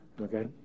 Okay